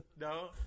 No